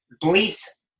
beliefs